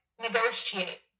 negotiate